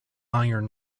iron